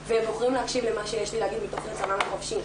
והם בוחרים להקשיב למה שיש לי להגיד מתוך רצונם החופשי.